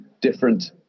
different